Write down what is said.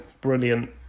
brilliant